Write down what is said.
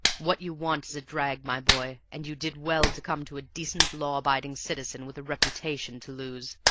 what you want is a drag, my boy, and you did well to come to a decent law-abiding citizen with a reputation to lose.